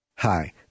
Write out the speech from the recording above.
Hi